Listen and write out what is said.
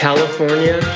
California